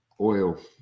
oil